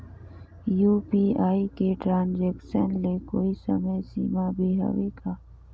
UPI के transaction ले कोई समय सीमा भी हवे का?